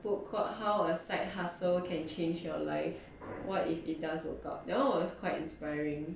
put court how a side hustle can change your life what if it does workout that one was quite inspiring